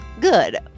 good